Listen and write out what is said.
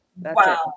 Wow